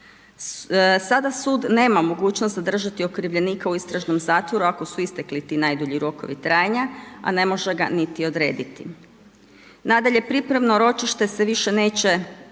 Sada sud nema mogućnost zadržati okrivljenika u istražnom zatvoru ako su istekli ti najdulji rokovi trajanja, a ne može ga niti odrediti. Nadalje, pripremno ročište se više neće